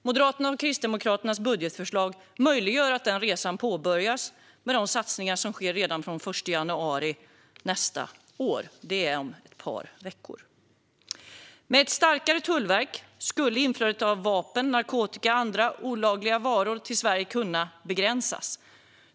Moderaternas och Kristdemokraternas budgetförslag möjliggör att den resan påbörjas med de satsningar som sker redan från den 1 januari nästa år, om ett par veckor. Med ett starkare tullverk skulle införandet av vapen, narkotika och andra olagliga varor till Sverige kunna begränsas.